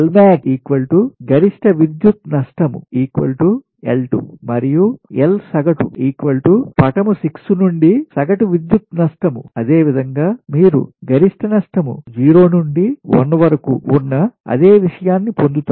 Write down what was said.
Lmax గరిష్ట విద్యుత్ నష్టం L2 మరియు L సగటు పటం 6 నుండి సగటు విద్యుత్ నష్టం అదేవిధంగా మీరు గరిష్ట నష్టం 0 నుండి t వరకు ఉన్న అదే విషయాన్ని పొందుతారు